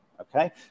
Okay